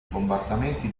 bombardamenti